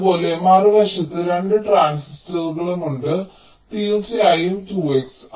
അതുപോലെ മറുവശത്ത് 2 ട്രാൻസിസ്റ്ററുകളുണ്ട് തീർച്ചയായും 2 x